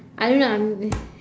I don't know I'm